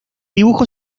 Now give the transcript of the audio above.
dibujo